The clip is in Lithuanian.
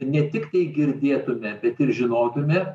ne tiktai girdėtume bet ir žinotume